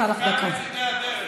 חזן ב-Waze: מפגע בצדי הדרך.